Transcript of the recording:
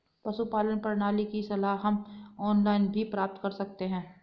पशुपालन प्रणाली की सलाह हम ऑनलाइन भी प्राप्त कर सकते हैं